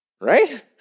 Right